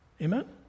Amen